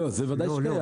לא, זה ודאי שקיים.